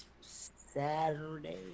saturday